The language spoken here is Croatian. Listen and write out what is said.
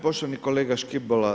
Poštovani kolega Škibola.